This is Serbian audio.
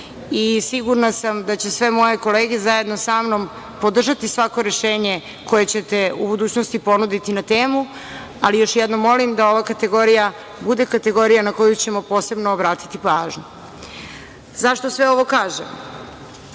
i sigurna sam da će sve moje kolege zajedno sa mnom podržati svako rešenje koje ćete u budućnosti ponuditi na temu, ali još jednom molim da ova kategorija bude kategorija na koju ćemo posebno obratiti pažnju.Zašto sve ovo kažem?